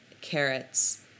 carrots